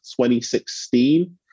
2016